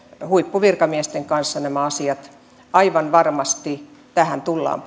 huippuvirkamiesten kanssa nämä asiat aivan varmasti tähän tullaan